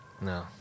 No